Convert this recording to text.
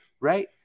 right